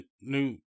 new